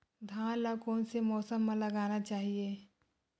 धान ल कोन से मौसम म लगाना चहिए?